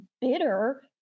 bitter